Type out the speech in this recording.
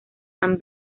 han